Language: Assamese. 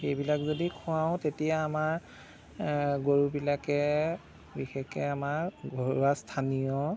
সেইবিলাক যদি খুৱাওঁ তেতিয়া আমাৰ গৰুবিলাকে বিশেষকে আমাৰ ঘৰুৱা স্থানীয়